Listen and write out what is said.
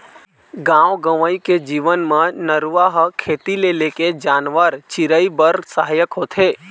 गाँव गंवई के जीवन म नरूवा ह खेती ले लेके जानवर, चिरई बर सहायक होथे